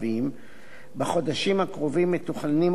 בחודשים הקרובים מתוכננים עוד למעלה מ-40